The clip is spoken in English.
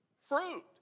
fruit